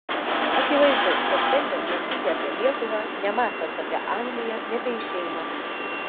akivaizdu kad šiandien mąstyti apie lietuvą nemąstant apie angliją nebeišeina